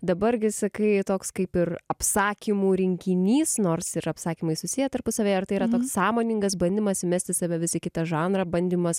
dabar gi sakai toks kaip ir apsakymų rinkinys nors ir apsakymai susiję tarpusavyje ar tai yra toks sąmoningas bandymas įmesti save vis į kitą žanrą bandymas